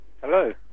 hello